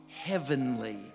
heavenly